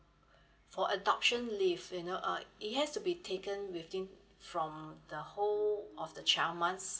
for adoption leave you know uh it has to be taken within from the whole of the child months